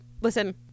Listen